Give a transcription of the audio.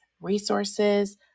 resources